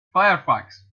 firefox